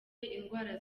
indwara